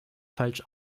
falsch